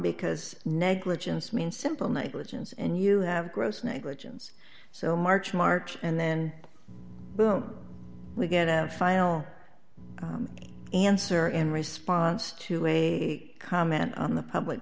because negligence means simple negligence and you have gross negligence so march march and then boom we get a final answer in response to a comment on the public